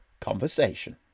conversation